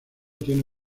tiene